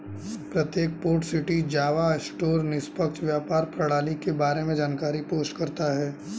प्रत्येक port city Java store निष्पक्ष व्यापार प्रणाली के बारे में जानकारी पोस्ट करता है